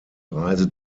reise